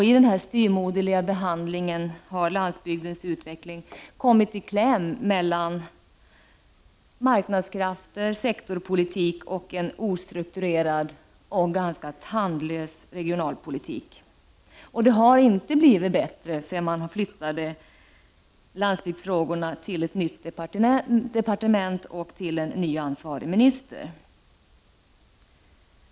I den styvmoderliga behandlingen har landsbygdens utveckling kommit i kläm mellan marknadskrafter, sektorpolitik och en ostrukturerad och ganska tandlös regionalpolitik. Det har inte blivit bättre sedan landsbygdsfrågorna flyttades över till ett nytt departement och en ny ansvarig minister.